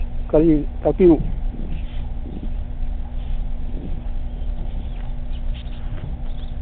ꯀꯔꯤ ꯇꯥꯛꯄꯤꯌꯨ